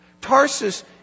Tarsus